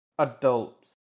Adults